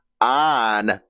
on